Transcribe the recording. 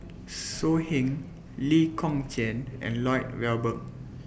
So Heng Lee Kong Chian and Lloyd Valberg